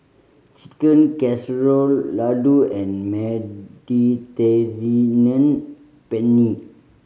Chicken Casserole Ladoo and Mediterranean Penne